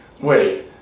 Wait